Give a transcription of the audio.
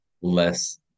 less